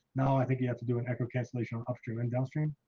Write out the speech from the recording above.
no, i think you have to do an echo cancellation on upstream and downstream.